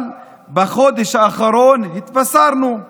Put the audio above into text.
אבל בחודש האחרון התבשרנו: